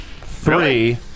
Three